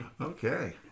Okay